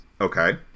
Okay